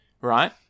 Right